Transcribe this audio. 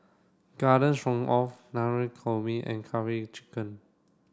Garden Stroganoff Navratan Korma and Karaage Chicken